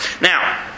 Now